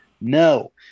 No